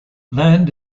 land